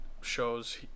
shows